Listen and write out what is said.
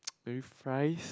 maybe fries